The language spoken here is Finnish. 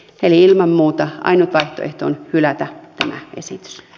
eli ilman muuta ainut vaihtoehto on hylätä tämä esitys